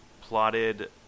plotted